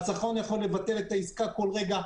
הצרכן יכול לבטל את העסקה כל רגע.